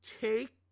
take